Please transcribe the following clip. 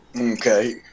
Okay